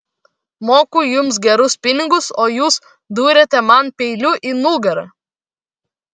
moku jums gerus pinigus o jūs duriate man peiliu į nugarą